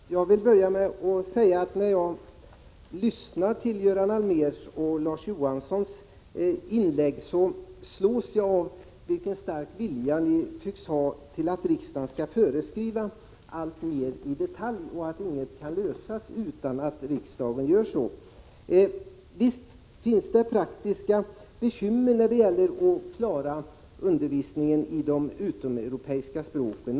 Fru talman! Jag vill börja med att säga att när jag lyssnar till Göran Allmérs och Larz Johanssons inlägg slås jag av vilken stark vilja ni tycks ha beträffande att riksdagen skall föreskriva alltmer i detalj och att ingenting kan lösas utan att riksdagen gör så. Visst finns det praktiska bekymmer när det gäller att klara undervisningen i de utomeuropeiska språken.